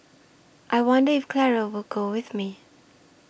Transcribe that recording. I wonder if Clara will go with me